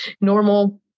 normal